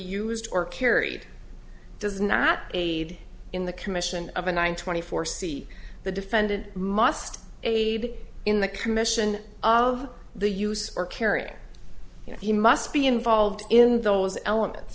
used or carried does not aid in the commission of a nine twenty four c the defendant must aid in the commission of the use or carrying he must be involved in those elements